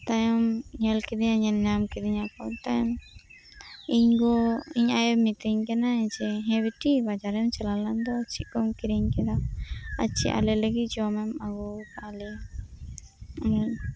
ᱛᱟᱭᱚᱢ ᱧᱮᱞ ᱠᱤᱫᱤᱧᱟᱭ ᱧᱮᱞ ᱧᱟᱢ ᱠᱤᱫᱤᱧᱟᱠᱚ ᱛᱟᱭᱚᱢ ᱤᱧ ᱜᱚ ᱤᱧ ᱟᱭᱳᱭ ᱢᱤᱛᱟᱹᱧ ᱠᱟᱱᱟᱭ ᱡᱮ ᱦᱮᱸ ᱵᱤᱴᱤ ᱵᱟᱡᱟᱨᱮᱢ ᱪᱟᱞᱟᱣ ᱞᱮᱱ ᱫᱚ ᱪᱮᱫ ᱠᱚᱢ ᱠᱤᱨᱤᱧ ᱠᱮᱫᱟ ᱟᱨ ᱪᱮᱫ ᱟᱞᱮ ᱞᱟᱹᱜᱤᱫ ᱡᱚᱢᱟᱜ ᱮᱢ ᱟᱹᱜᱩ ᱟᱠᱟᱫ ᱞᱮᱭᱟ ᱤᱱᱟᱹ